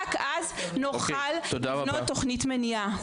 רק אז נוכל לבנות תוכנית מניעה.